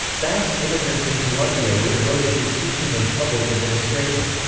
basque immigrants in colombia were devoted to teaching and public administration.